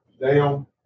down